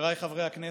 חבריי חברי הכנסת,